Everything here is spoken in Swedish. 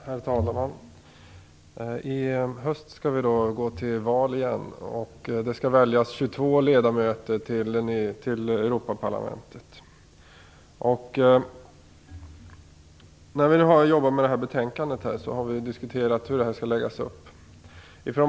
Herr talman! I höst skall vi gå till val igen. 22 ledamöter i Europaparlamentet skall väljas. När vi har arbetat med det här betänkandet så har vi diskuterat hur valet skall läggas upp.